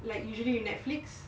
like usually you Netflix